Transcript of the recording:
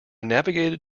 navigated